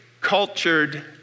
cultured